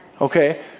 okay